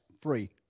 free